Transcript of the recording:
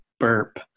burp